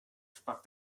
sprak